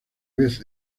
vez